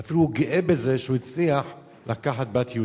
והוא אפילו גאה בזה שהוא הצליח לקחת בת יהודייה.